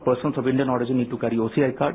persons of Indian origin need to carry OCI card